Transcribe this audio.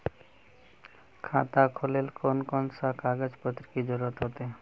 खाता खोलेले कौन कौन सा कागज पत्र की जरूरत होते?